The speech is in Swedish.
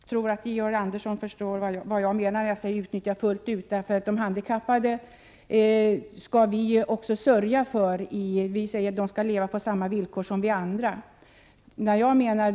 Herr talman! Jag tror att Georg Andersson förstår vad jag menar — jag menar dem som är storförbrukare. De handikappade skall vi sörja för — vi säger att de skall leva på samma villkor som vi andra.